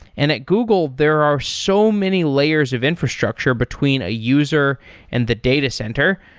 and at google there are so many layers of infrastructure between a user and the data center,